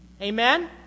Amen